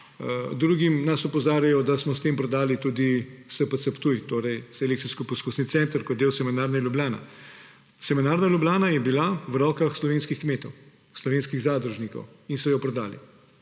drugim, opozarjajo, da smo s tem prodali tudi SPC Ptuj, torej Selekcijsko-poskusni center kot del Semenarne Ljubljana. Semenarna Ljubljana je bila v rokah slovenskih kmetov, slovenskih zadružnikov in so jo prodali